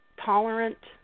tolerant